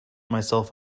myself